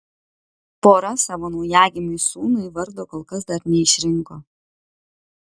pora savo naujagimiui sūnui vardo kol kas dar neišrinko